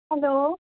hello